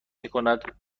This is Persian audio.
میکند